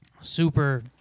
super